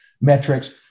metrics